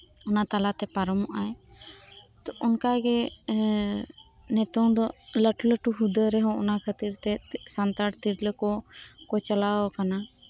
ᱚᱱᱟ ᱛᱟᱞᱟᱛᱮ ᱯᱟᱨᱚᱢᱚᱜᱟᱭ ᱛᱚ ᱚᱱᱠᱟᱜᱤ ᱱᱮᱛᱚᱝ ᱫᱚ ᱞᱟᱹᱴᱩ ᱞᱟᱹᱴᱩ ᱦᱩᱫᱟᱹ ᱨᱮᱦᱚᱸ ᱚᱱᱟ ᱠᱷᱟᱹᱛᱤᱨ ᱛᱮ ᱥᱟᱱᱛᱟᱲ ᱛᱤᱨᱞᱟᱹᱠᱩ ᱠᱩ ᱪᱟᱞᱟᱣ ᱟᱠᱟᱱᱟ